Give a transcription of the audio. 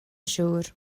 siŵr